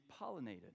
pollinated